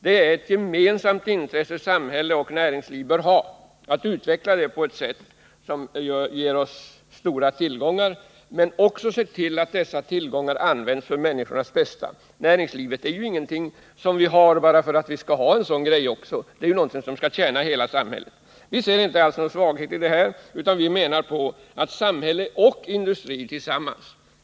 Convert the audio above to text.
Samhället och näringslivet bör ha ett gemensamt intresse av att utveckla industrin på ett sätt som ger oss stora tillgångar. Men det gäller också att se till att dessa tillgångar används till människornas bästa. Vi har ju inte ett näringsliv bara för syns skull, utan det är till för att tjäna hela samhället. Det finns alltså ingen svaghet i vårt förslag. Vi menar att samhället och industrin skall samverka.